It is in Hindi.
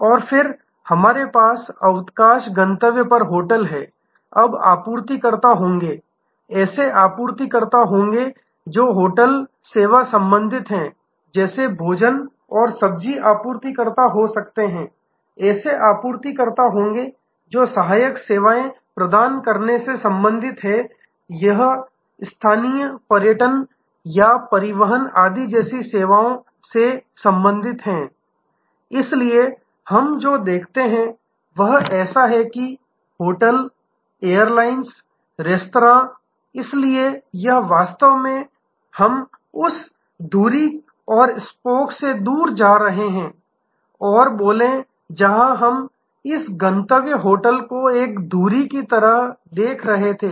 और फिर हमारे पास अवकाश गंतव्य पर होटल है अब आपूर्तिकर्ता होंगे ऐसे आपूर्तिकर्ता होंगे जो होटल सेवा से संबंधित हैं जैसे भोजन और सब्जी आपूर्तिकर्ता हो सकते हैं ऐसे आपूर्तिकर्ता होंगे जो सहायक सेवाएं प्रदान करने से संबंधित हैं या स्थानीय पर्यटन या परिवहन आदि जैसी सेवाओं से संबंधित हैं इसलिए हम जो देखते हैं वह ऐसा है जैसे कि होटल एयरलाइंस रेस्तरां इसलिए यह वास्तव में हम उस घुरी और स्पोक से दूर जा रहे हैं और बोले जहां हम इस गंतव्य होटल को एक घुरी की तरह देख रहे थे